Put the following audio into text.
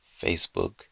Facebook